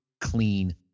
clean